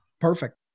perfect